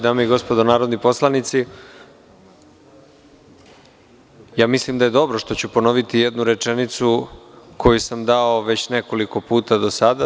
Dame i gospodo narodni poslanici, mislim da je dobro što ću ponoviti jednu rečenicu koju sam dao već nekoliko puta do sada.